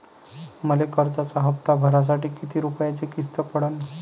मले कर्जाचा हप्ता भरासाठी किती रूपयाची किस्त पडन?